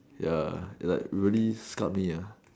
ya like really scarred me ah